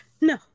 No